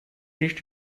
nicht